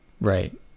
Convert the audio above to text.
Right